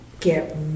Get